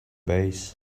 base